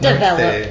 Develop